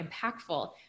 impactful